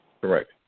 Correct